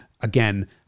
Again